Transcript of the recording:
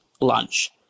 lunch